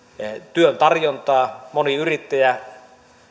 työn tarjontaa moni yrittäjä